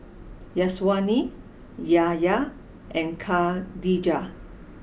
Syazwani Yahya and Khadija